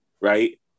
right